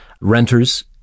Renters